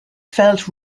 felt